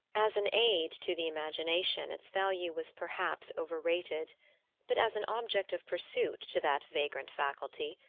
as an aid to the imagination its value was perhaps overrated but as an object of pursuit to that vagrant faculty,